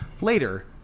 later